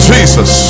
Jesus